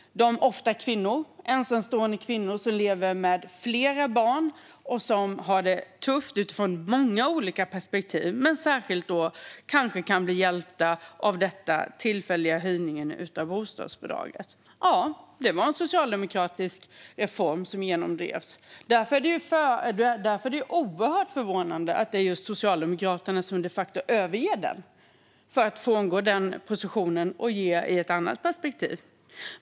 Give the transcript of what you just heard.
De, ofta ensamstående kvinnor, som lever med flera barn och som har det tufft utifrån många olika perspektiv kan kanske särskilt bli hjälpta av denna tillfälliga höjning av bostadsbidraget. Reformen som genomdrevs var socialdemokratisk. Därför är det oerhört förvånande att det är just Socialdemokraterna som de facto överger den, frångår den positionen och ger ett annat perspektiv.